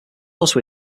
also